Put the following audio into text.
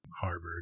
Harvard